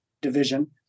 division